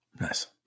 Nice